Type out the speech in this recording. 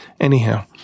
Anyhow